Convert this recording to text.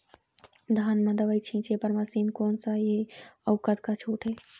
धान म दवई छींचे बर मशीन कोन सा हे अउ कतका छूट हे?